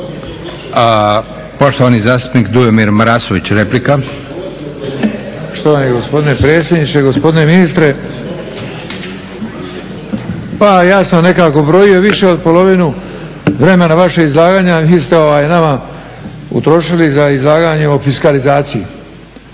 poštovani zastupnik Dujomir Marasović replika. **Marasović, Dujomir (HDZ)** Štovani gospodine predsjedniče, gospodine ministre pa ja sam nekako brojio više od polovinu vremena vašeg izlaganja vi ste nama utrošili na izlaganje o fiskalizaciji.